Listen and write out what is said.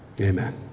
Amen